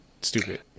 stupid